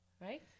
Right